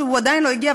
שעדיין לא הגיע,